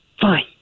Fine